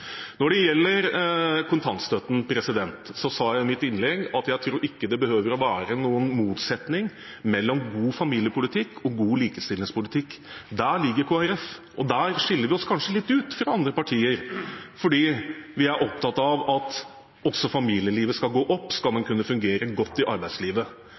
Når det gjelder kontantstøtten, sa jeg i mitt innlegg at jeg tror ikke det behøver å være noen motsetning mellom god familiepolitikk og god likestillingspolitikk. Der ligger Kristelig Folkeparti, og der skiller vi oss kanskje litt ut fra andre partier, fordi vi er opptatt av at også familielivet skal gå opp skal man kunne fungere godt i arbeidslivet.